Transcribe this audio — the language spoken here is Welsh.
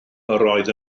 oedd